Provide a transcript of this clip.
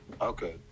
Okay